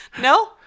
No